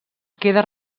queda